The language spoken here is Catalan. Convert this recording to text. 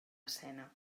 escena